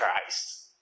Christ